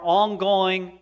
ongoing